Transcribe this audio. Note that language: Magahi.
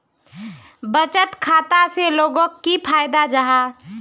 बचत खाता से लोगोक की फायदा जाहा?